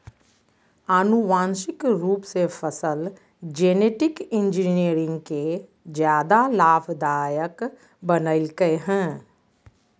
आनुवांशिक रूप से फसल जेनेटिक इंजीनियरिंग के ज्यादा लाभदायक बनैयलकय हें